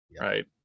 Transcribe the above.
right